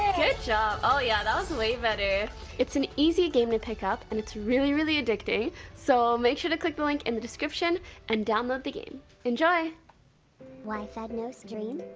good job oh yeah, that was way better it's an easy game to pick up and its really really addicting so make sure to click the link in the description and download the game enjoy why fed no stream?